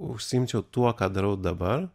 užsiimčiau tuo ką darau dabar